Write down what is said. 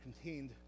contained